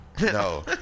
No